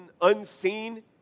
Unseen